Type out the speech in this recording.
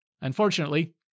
Unfortunately